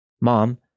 Mom